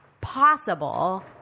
possible